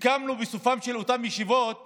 סיכמנו בסופן של אותן ישיבות